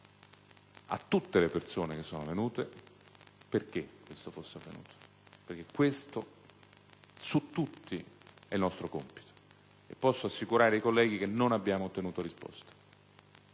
a tutte le persone ascoltate perché questo fosse avvenuto. Questo, infatti, su tutti è il nostro compito. E posso assicurare i colleghi che non abbiamo ottenuto risposta.